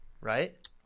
right